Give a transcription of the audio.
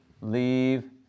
leave